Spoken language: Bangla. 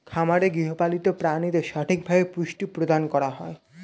খামারে গৃহপালিত প্রাণীদের সঠিকভাবে পুষ্টি প্রদান করা হয়